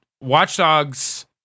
watchdogs